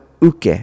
uke